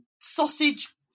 sausage